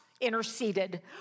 interceded